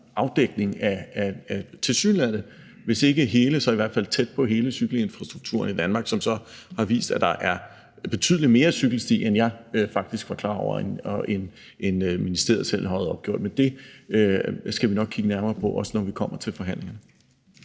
i Danmark – hvis ikke den hele, så i hvert fald tæt på hele cykelinfrastrukturen i Danmark – som så har vist, at der er betydelig mere cykelsti, end jeg faktisk var klar over, og end ministeriet selv havde opgjort. Men det skal vi nok kigge nærmere på, også når vi kommer til forhandlingerne.